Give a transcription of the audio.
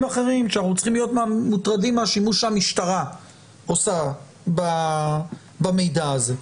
אחרים שאנחנו צריכים להיות מוטרדים מהשימוש שהמשטרה עושה במידע הזה.